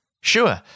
Sure